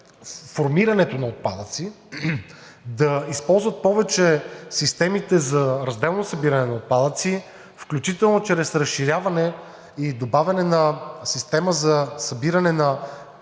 формирането на отпадъци. Да използват повече системите за разделно събиране на отпадъци, включително чрез разширяване и добавяне на система за събиране на